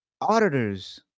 Auditors